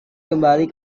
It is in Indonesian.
kembali